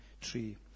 tree